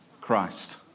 Christ